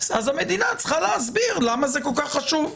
אז המדינה צריכה להסביר למה זה כל כך חשוב.